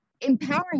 empowering